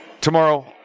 Tomorrow